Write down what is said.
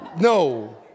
No